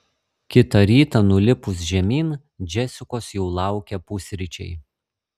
kitą rytą nulipus žemyn džesikos jau laukė pusryčiai